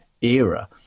era